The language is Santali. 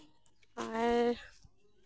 ᱟᱨ